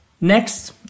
Next